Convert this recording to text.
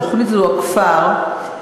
"הכפר",